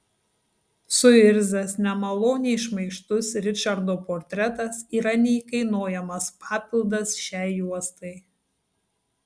suirzęs nemaloniai šmaikštus ričardo portretas yra neįkainojamas papildas šiai juostai